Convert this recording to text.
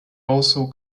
also